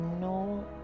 no